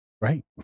Right